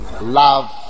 love